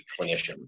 clinician